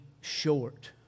short